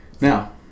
Now